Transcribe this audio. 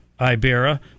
Ibera